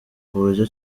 kuburyo